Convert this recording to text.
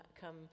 come